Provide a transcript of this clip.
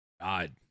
God